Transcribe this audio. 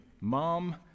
Mom